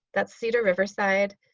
that's cedar riverside,